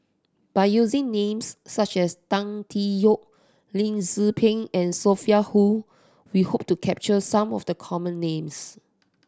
by using names such as Tan Tee Yoke Lee Tzu Pheng and Sophia Hull we hope to capture some of the common names